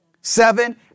Seven